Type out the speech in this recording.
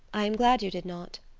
i am glad you did not.